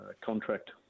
contract